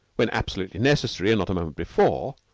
when absolutely necessary and not a moment before,